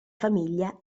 famiglia